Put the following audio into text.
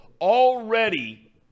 already